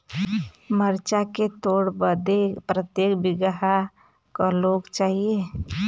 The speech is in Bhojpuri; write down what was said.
मरचा के तोड़ बदे प्रत्येक बिगहा क लोग चाहिए?